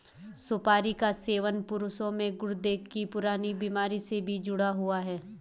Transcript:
सुपारी का सेवन पुरुषों में गुर्दे की पुरानी बीमारी से भी जुड़ा हुआ है